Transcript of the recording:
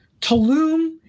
Tulum